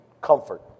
comfort